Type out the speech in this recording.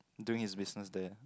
doing his business there